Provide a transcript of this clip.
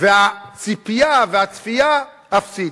והציפייה והצפייה אפסית.